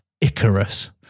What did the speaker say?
Icarus